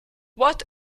what